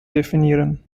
definieren